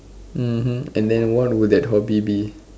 mmhmm and then what would that hobby be